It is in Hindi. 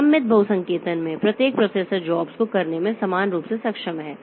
सममित बहुसंकेतन में प्रत्येक प्रोसेसर जॉब्स को करने में समान रूप से सक्षम है